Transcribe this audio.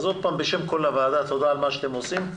בשם כל הוועדה, תודה על מה שאתם עושים.